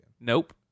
nope